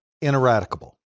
ineradicable